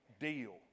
deal